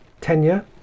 tenure